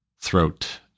throat